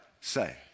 Say